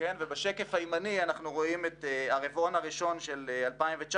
בשקף הימני אנחנו רואים את הרבעון הראשון של 2019,